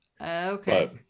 Okay